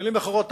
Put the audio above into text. במלים אחרות,